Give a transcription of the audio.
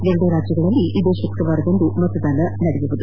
ಎರಡೂ ರಾಜ್ಞಗಳಲ್ಲಿ ಇದೇ ಶುಕ್ರವಾರ ಮತದಾನ ನಡೆಯಲಿದೆ